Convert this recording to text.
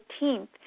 18th